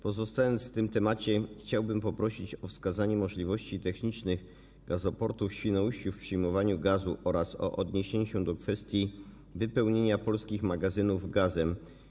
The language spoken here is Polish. Pozostając przy tym temacie, chciałbym poprosić o wskazanie możliwości technicznych gazoportu w Świnoujściu w zakresie przyjmowania gazu oraz o odniesienie się do kwestii wypełnienia polskich magazynów gazem.